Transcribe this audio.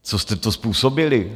Co jste to způsobili?